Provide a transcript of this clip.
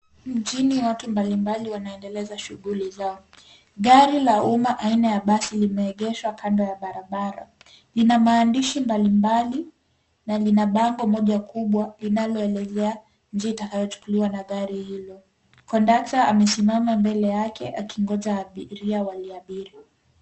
Mjini, watu mbalimbali wanaendeleza shughuli zao. Gari la umma aina ya basi, limeegeshwa kando ya barabara, lina maandishi mbalimbali na lina bango moja kubwa, linaloelezea njia itakayochukuliwa na gari hilo. Kondakta amesimama mbele yake, akingoja abiria waliabiri.